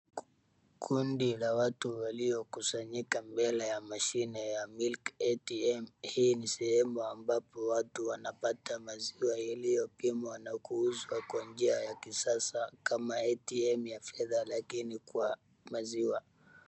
Kundi la watu waliokusanyika mbele ya mashine ya milk atm hii ni sehemu ambapo watu wanapata maziwa iliyopimwa na kuuzwa kwa njia yakisasa kama atm ya fedha lakini kwa maziwa.